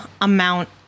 amount